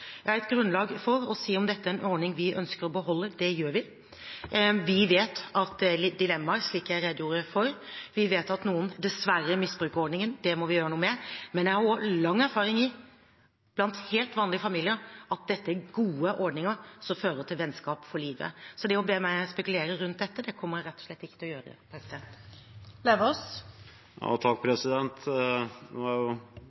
Jeg har et grunnlag for å si om dette er en ordning vi ønsker å beholde. Det gjør vi. Vi vet at det er dilemmaer, slik jeg redegjorde for. Vi vet at noen dessverre misbruker ordningen, og det må vi gjøre noe med. Men jeg har også lang erfaring med, blant helt vanlige familier, at dette er gode ordninger som fører til vennskap for livet. Så det å be meg spekulere rundt dette kommer jeg rett og slett ikke til å gjøre.